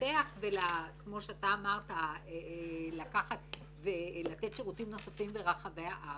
לפתח כמו שאתה אמרת לקחת ולתת שירותים נוספים ברחבי הארץ,